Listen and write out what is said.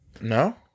no